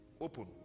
open